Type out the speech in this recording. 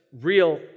real